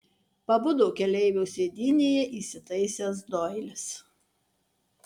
pabudo keleivio sėdynėje įsitaisęs doilis